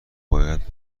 باید